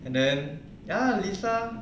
and then ya lisa